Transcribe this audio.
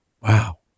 Wow